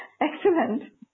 Excellent